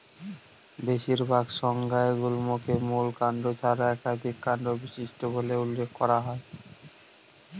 বেশিরভাগ সংজ্ঞায় গুল্মকে মূল কাণ্ড ছাড়া একাধিক কাণ্ড বিশিষ্ট বলে উল্লেখ করা হয়